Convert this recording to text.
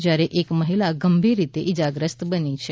જ્યારે એક મહિલા ગંભીર રીતે ઈજાગ્રસ્ત બન્યા છે